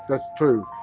that's true.